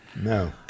no